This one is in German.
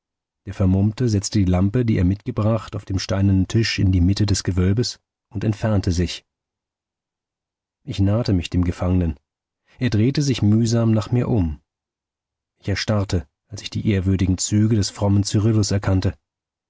der vermummte setzte die lampe die er mitgebracht auf dem steinernen tisch in die mitte des gewölbes und entfernte sich ich nahte mich dem gefangenen er drehte sich mühsam nach mir um ich erstarrte als ich die ehrwürdigen züge des frommen cyrillus erkannte